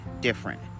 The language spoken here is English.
different